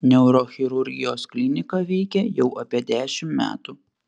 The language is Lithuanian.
neurochirurgijos klinika veikia jau apie dešimt metų